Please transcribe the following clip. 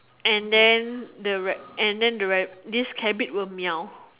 and then the right and then the right this cabbit will Meow